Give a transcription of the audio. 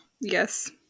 Yes